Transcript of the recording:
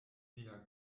lia